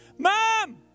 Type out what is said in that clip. Mom